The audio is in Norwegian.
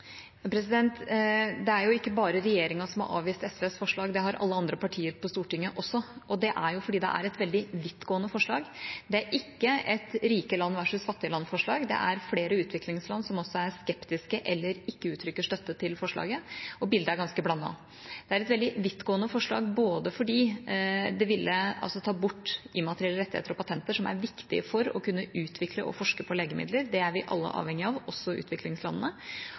Det er ikke bare regjeringa som har avvist SVs forslag; det har alle andre partier på Stortinget også gjort. Det er fordi det er et veldig vidtgående forslag. Det er ikke et rike-land-versus-fattige-land-forslag. Det er flere utviklingsland som også er skeptiske eller ikke uttrykker støtte til forslaget, og bildet er ganske blandet. Det er et veldig vidtgående forslag fordi det ville ha tatt bort immaterielle rettigheter og patenter, som er viktig for å kunne utvikle og forske på legemidler. Det er vi alle avhengige av, også utviklingslandene.